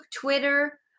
Twitter